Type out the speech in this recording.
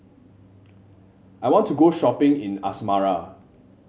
I want to go shopping in Asmara